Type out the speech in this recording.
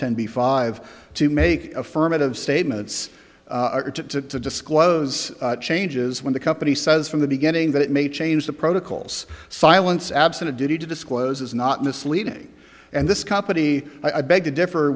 ten b five to make affirmative statements or to disclose changes when the company says from the beginning that it may change the protocols silence absent a duty to disclose is not misleading and this company i beg to differ